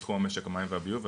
בתחום משק המים והביוב,